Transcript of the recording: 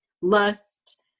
lust